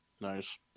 Nice